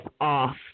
off